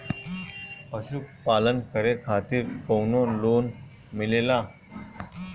पशु पालन करे खातिर काउनो लोन मिलेला?